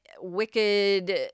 wicked